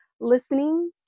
listening